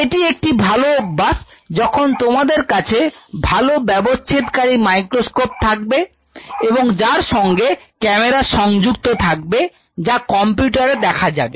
এটি একটি ভালো অভ্যাস যখন তোমাদের কাছে ভালো ব্যবচ্ছেদ কারী মাইক্রোস্কোপ থাকবে এবং যার সঙ্গে ক্যামেরা সংযুক্ত থাকবে যা কম্পিউটারে দেখা যাবে